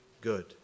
good